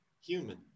human